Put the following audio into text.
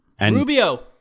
Rubio